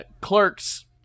clerks